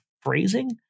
phrasing